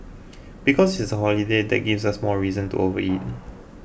because it's a holiday that gives us more reason to overeat